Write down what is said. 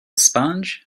sponge